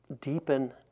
deepen